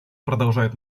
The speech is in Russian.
продолжает